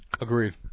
Agreed